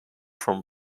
from